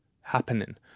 happening